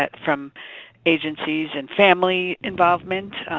but from agencies and family involvement,